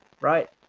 right